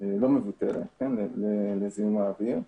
לא מבוטלת לזיהום האוויר,